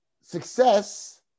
success